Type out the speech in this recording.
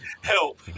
Help